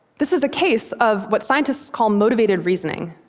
this is a case of what scientists call motivated reasoning.